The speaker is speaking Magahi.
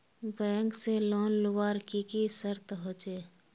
बैंक से लोन लुबार की की शर्त होचए?